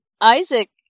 Isaac